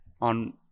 on